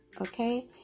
okay